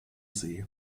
see